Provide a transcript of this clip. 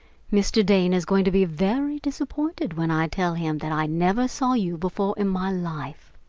mr. dane is going to be very disappointed when i tell him that i never saw you before in my life.